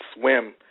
swim